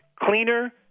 Cleaner